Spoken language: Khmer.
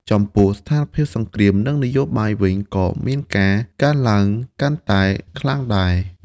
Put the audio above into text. ចំពោះស្ថានភាពសង្គ្រាម និងនយោបាយវិញក៏មានការកើនឡើងកាន់តែខ្លាំងដែរ ។